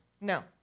No